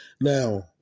Now